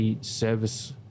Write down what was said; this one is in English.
service